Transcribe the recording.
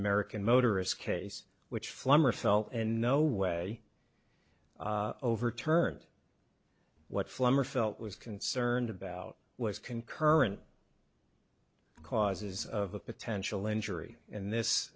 american motorist case which flummery fell and no way overturned what flummery felt was concerned about was concurrent causes of a potential injury and this